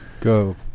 Go